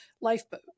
lifeboat